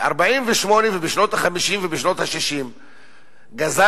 ב-1948 ובשנות ה-50 ובשנות ה-60 גזלנו,